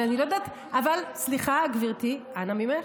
ואני לא יודעת, אבל, סליחה, גברתי, אנא ממך.